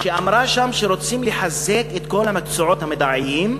שאמרה שרוצים לחזק את כל המקצועות המדעיים,